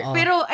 Pero